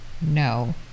no